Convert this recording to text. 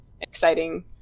exciting